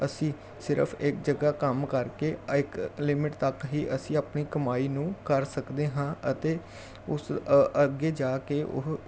ਅਸੀਂ ਸਿਰਫ ਇੱਕ ਜਗ੍ਹਾ ਕੰਮ ਕਰਕੇ ਆਇੱਕ ਲਿਮਿਟ ਤੱਕ ਹੀ ਅਸੀਂ ਆਪਣੀ ਕਮਾਈ ਨੂੰ ਕਰ ਸਕਦੇ ਹਾਂ ਅਤੇ ਉਸ ਅ ਅੱਗੇ ਜਾ ਕੇ ਉਹ